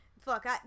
Fuck